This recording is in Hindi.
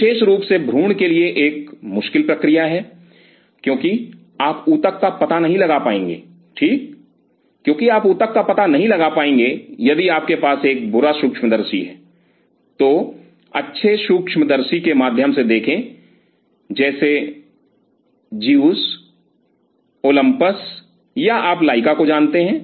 विशेष रूप से भ्रूण के लिए एक मुश्किल प्रक्रिया है क्योंकि आप ऊतक का पता नहीं लगा पाएंगे ठीक क्योंकि आप ऊतक का पता नहीं लगा पाएंगे यदि आपके पास एक बुरा सूक्ष्मदर्शी है तो अच्छे सूक्ष्मदर्शी के माध्यम से देखें जैसे ज़ीउस ओलंपस या आप लाइका को जानते हैं